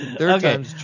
Okay